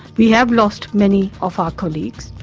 we have lost many of our colleagues.